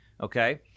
okay